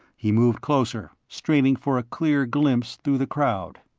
he moved closer, straining for a clear glimpse through the crowd.